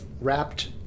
wrapped